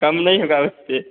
कम नहीं होगा उससे